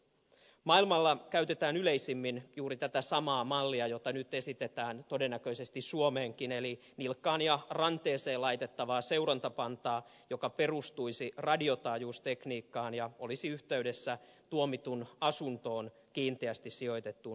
maailmalla käytetään yleisimmin juuri tätä samaa mallia jota nyt esitetään todennäköisesti suomeenkin eli nilkkaan ja ranteeseen laitettavaa seurantapantaa joka perustuisi radiotaajuustekniikkaan ja olisi yhteydessä tuomitun asuntoon kiinteästi sijoitettuun seurantalaitteeseen